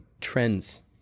trends